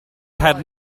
had